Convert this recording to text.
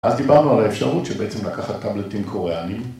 אז דיברנו על האפשרות שבעצם לקחת טאבלטים קוריאנים